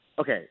okay